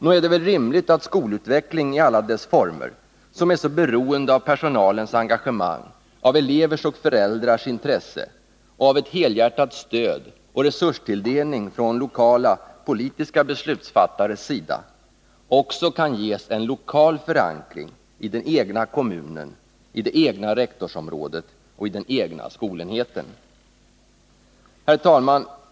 Nog är det väl rimligt att skolutveckling i alla dess former, som är så beroende av personalens engagemang, av elevernas och föräldrarnas intresse och av ett helhjärtat stöd och resurstilldelning från lokala politiska beslutsfattares sida, också kan ges en lokal förankring i den egna kommunen, i det egna rektorsområdet och i den egna skolenheten. Herr talman!